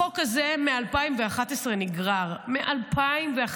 החוק הזה נגרר מ-2011.